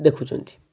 ଦେଖୁଛନ୍ତି